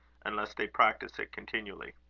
unless they practise it continually.